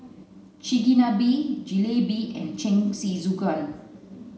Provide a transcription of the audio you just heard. Chigenabe Jalebi and Jingisukan